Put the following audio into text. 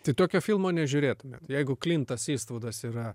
tai tokio filmo nežiūrėtumėt jeigu klintas istvudas yra